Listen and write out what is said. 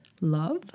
love